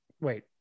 wait